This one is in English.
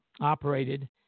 operated